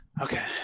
okay